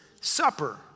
Supper